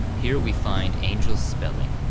here we find angel spelling,